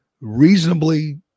reasonably